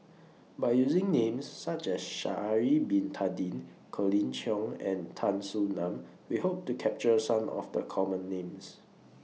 By using Names such as Sha'Ari Bin Tadin Colin Cheong and Tan Soo NAN We Hope to capture Some of The Common Names